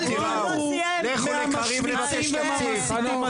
אל תראו, רוב הציבור